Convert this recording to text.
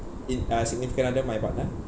it uh significant other my partner